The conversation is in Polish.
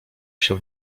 się